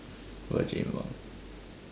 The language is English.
okay